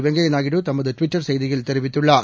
வெங்கைய நாயுடு தனது ட்விட்டர் செய்தியில் தெரிவித்துள்ளார்